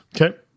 Okay